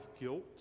guilt